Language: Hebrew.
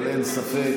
אבל אין ספק,